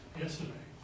yesterday